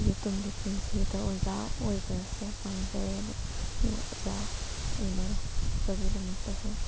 ꯑꯩꯒꯤ ꯇꯨꯡꯒꯤ ꯄꯨꯟꯁꯤꯗ ꯑꯣꯖꯥ ꯑꯣꯏꯕꯁꯦ ꯄꯥꯝꯖꯩ ꯑꯗꯣ ꯑꯣꯖꯥ ꯑꯣꯏꯅꯕ ꯍꯣꯠꯅꯕꯒꯤꯗꯃꯛꯇꯁꯨ